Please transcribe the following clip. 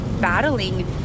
battling